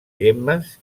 gemmes